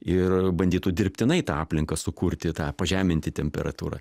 ir bandytų dirbtinai tą aplinką sukurti tą pažeminti temperatūrą